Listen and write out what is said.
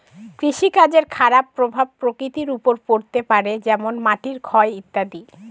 কৃষিকাজের খারাপ প্রভাব প্রকৃতির ওপর পড়তে পারে যেমন মাটির ক্ষয় ইত্যাদি